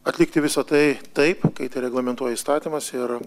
atlikti visa tai taip kaip tą reglamentuoja įstatymas ir